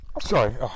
sorry